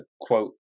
quote